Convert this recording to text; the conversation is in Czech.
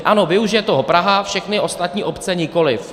Ano, využije toho Praha, všechny ostatní obce nikoliv.